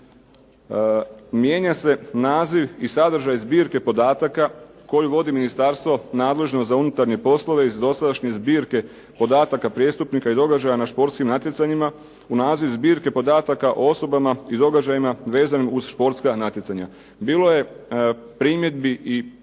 Mijenja se naziv i sadržaj zbirke podataka koje vodi Ministarstvo nadležno za unutarnje poslove iz dosadašnje zbirke podataka prijestupnika i događaja na športskim natjecanjima u naziv zbirke podataka o osobama i događajima vezanim, uz športska natjecanja. Bilo je primjedbi i